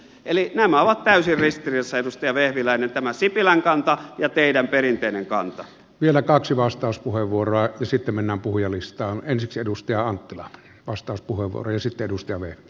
eli nämä ovat täysin ristiriidassa edustaja vehviläinen tämä sipilän kanta ja teidän perinteinen kanta vielä kaksi vastauspuheenvuoroa sittemmin ampuja listaa ensiksi edustaja anttila ostospuhurisi kantanne